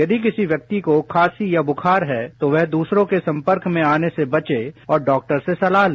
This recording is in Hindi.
यदि किसी व्यक्ति को खांसी या बुखार है तो वह दूसरे के सम्पर्क में आने से बचे और डॉक्टर से सलाह ले